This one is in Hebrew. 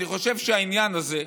אני חושב שהעניין הזה,